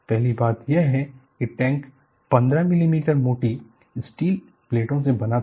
पहली बात यह है कि टैंक 15 मिलीमीटर मोटी स्टील प्लेटों से बना था